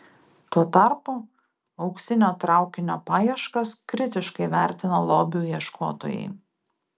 tuo tarpu auksinio traukinio paieškas kritiškai vertina lobių ieškotojai